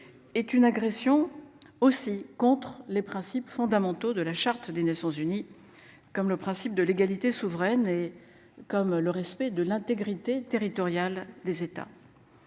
Est une agression aussi contre les principes fondamentaux de la charte des Nations unies comme le principe de l'égalité souveraine et comme le respect de l'intégrité territoriale des États.